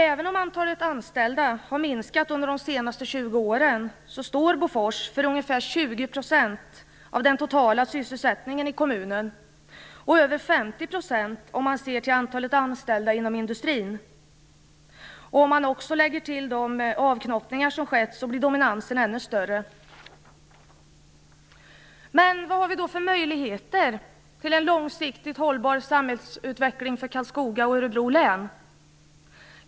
Även om antalet anställda har minskat under de senaste 20 åren står Bofors för ungefär 20 % av den totala sysselsättningen i kommunen - och för över 50 %, om man ser till antalet anställda inom industrin. Om man också lägger till de avknoppningar som skett, blir dominansen ännu större. Vilka är då möjligheterna till en långsiktigt hållbar samhällsutveckling för Karlskoga och Örebro län?